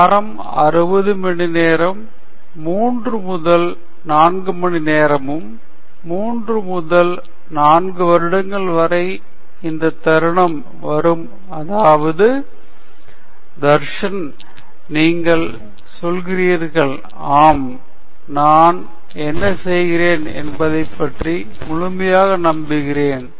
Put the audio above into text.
வாரம் 60 மணிநேரம் 3 முதல் 4 மணி நேரம் 3 முதல் 4 வருடங்கள் வரை அந்த தருணம் வரும் அதாவது தர்ஷன் நீங்கள் சொல்கிறீர்கள் ஆம் நான் என்ன செய்கிறேன் என்பதைப் பற்றி முழுமையாக நம்புகிறேன்